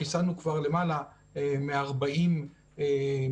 חיסנו כבר למעלה מ-40 מתנדבים,